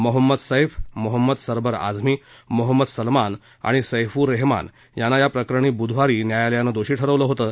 मोहम्मद सैफ मोहम्मद सरबर आझमी मोहम्मद सलमान आणि सैफु रेहमान यांना या प्रकरणी बुधवारी न्यायालयानं दोषी ठरवलं होतं